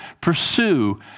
pursue